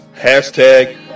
hashtag